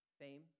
fame